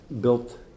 built